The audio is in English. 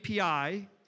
API